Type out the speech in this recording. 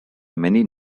many